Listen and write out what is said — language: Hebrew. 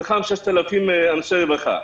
מתוך 6,000 אנשי רווחה.